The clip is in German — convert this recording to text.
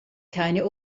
keine